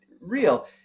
real